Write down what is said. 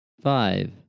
Five